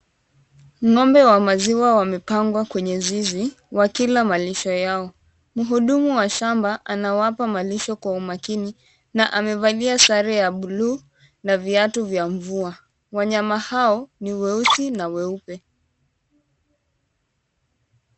Ng'ombe wa maziwa wamepangwa kwenye zizi wakila malisho yao, mhudumu wa shamba anawapa malisho kwa umakini na amevalia sare ya bluu na viatu vya mvua, wanyama hao ni weusi na weupe.